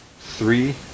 three